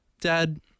Dad